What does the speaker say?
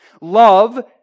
Love